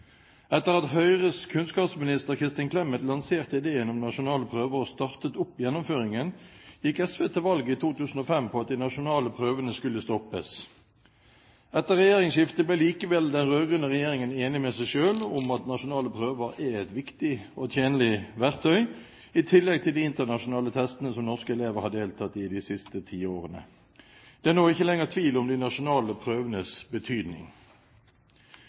Etter at Høyres kunnskapsminister Kristin Clemet lanserte ideen om nasjonale prøver og startet opp gjennomføringen, gikk SV til valg i 2005 på at de nasjonale prøvene skulle stoppes. Etter regjeringsskiftet ble likevel den rød-grønne regjeringen enig med seg selv om at nasjonale prøver er et viktig og tjenlig verktøy, i tillegg til de internasjonale testene som norske elever har deltatt i de siste ti årene. Det er nå ikke lenger tvil om de nasjonale prøvenes betydning.